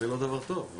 זה לא דבר טוב.